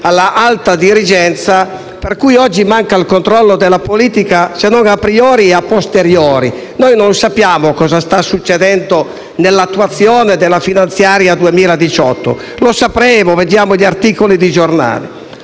all'alta dirigenza, per cui oggi manca il controllo della politica, se non *a priori*, *a posteriori*. Non sappiamo che cosa stia succedendo nell'attuazione della legge di bilancio 2018; lo sapremo, leggendo gli articoli di giornale.